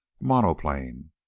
monoplane